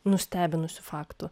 nustebinusių faktų